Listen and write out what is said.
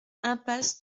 impasse